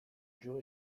joy